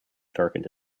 darkened